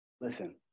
listen